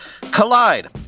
Collide